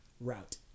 route